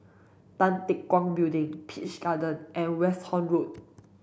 Tan Teck Guan Building Peach Garden and Westerhout Road